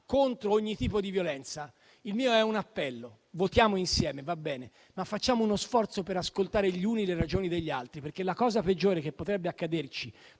contro ogni tipo di violenza, il mio è un appello: votiamo insieme, va bene, ma facciamo uno sforzo per ascoltare gli uni le ragioni degli altri. La cosa peggiore che potrebbe accaderci